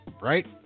right